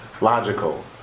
logical